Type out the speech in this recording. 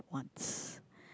once